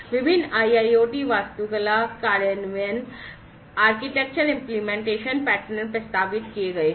विभिन्न IIoT architecture implementation pattern प्रस्तावित किए गए हैं